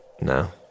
No